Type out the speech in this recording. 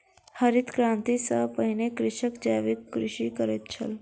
हरित क्रांति सॅ पहिने कृषक जैविक कृषि करैत छल